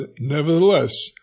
nevertheless